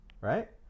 Right